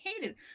hated